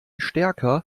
stärker